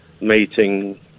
meeting